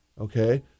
okay